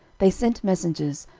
they sent messengers,